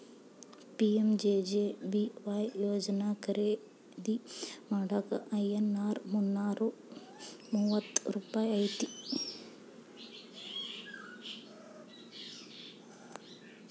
PMJJBY ಯೋಜನಾ ಖರೇದಿ ಮಾಡಾಕ ಐ.ಎನ್.ಆರ್ ಮುನ್ನೂರಾ ಮೂವತ್ತ ರೂಪಾಯಿ ಐತಿ